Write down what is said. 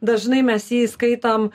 dažnai mes jį skaitom